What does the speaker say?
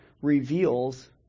reveals